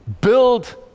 Build